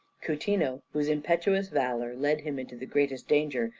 coutinho, whose impetuous valour led him into the greatest danger,